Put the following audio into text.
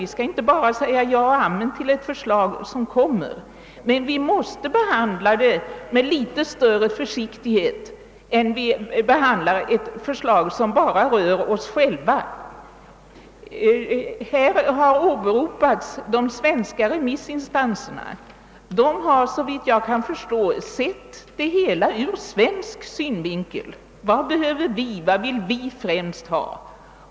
Vi skall inte bara säga ja och amen till ett förslag som framlägges, utan vi måste behandla det med något större försiktighet än vi behandlar ett förslag som bara rör oss själva. Här har de svenska remissinstanserna åberopats. Såvitt jag kan förstå har dessa sett det hela ur svensk synvinkel. Vad behöver vi, vad vill vi främst ha, har man frågat sig.